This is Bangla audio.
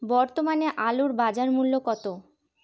বর্তমানে আলুর বাজার মূল্য কত?